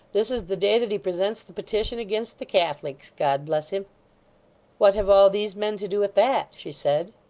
this is the day that he presents the petition against the catholics, god bless him what have all these men to do with that she said.